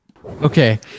okay